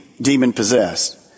demon-possessed